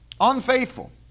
Unfaithful